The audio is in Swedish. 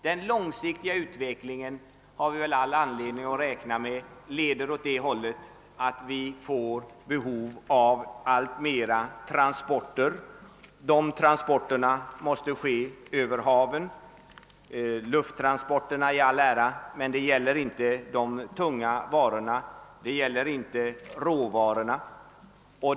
Den långsiktiga utvecklingen leder — det har vi väl all anledning att räkna med -— åt det hållet att vi får behov av allt flera transporter. De transporterna måste ske över haven — lufttransporlerna i all ära, men de gäller inte de tunga varorna, inte råvarorna.